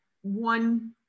one